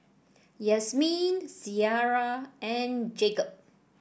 Yasmeen Ciera and Jakob